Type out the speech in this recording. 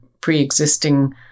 pre-existing